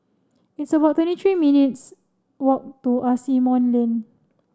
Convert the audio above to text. it's about twenty three minutes' walk to Asimont Lane